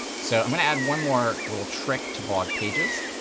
so i'm going to add one more little trick to blog pages.